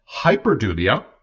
hyperdulia